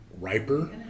riper